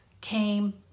came